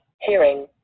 hearing